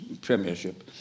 premiership